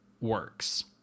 works